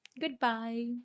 Goodbye